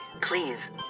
Please